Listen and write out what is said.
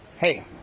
hey